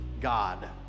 God